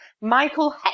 Michael